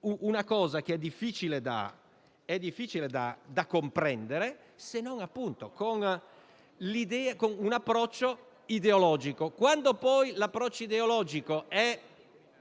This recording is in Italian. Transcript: una cosa difficile da comprendere, se non con un approccio ideologico. Quando però l'approccio ideologico è